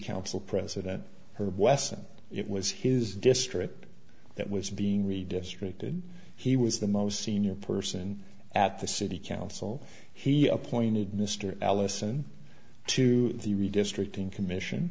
council president or wesson it was his district that was being redistricted he was the most senior person at the city council he appointed mr allison to the redistricting commission